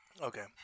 Okay